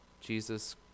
Jesus